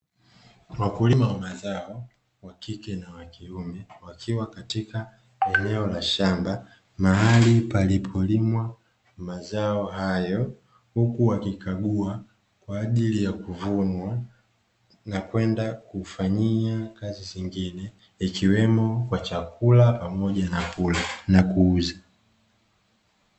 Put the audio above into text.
Wakulima wa mazao wakike na wakiume wakiwa katika eneo la shamba, mahali palipolimwa mazao hayo. Huku wakikagua kwa ajili ya kuvunwa na kwenda kufanyia kazi zingine, ikiwemo kwa chakula pamoja na kuuza.